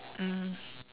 mm